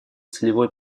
целевой